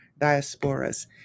diasporas